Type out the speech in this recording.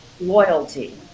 loyalty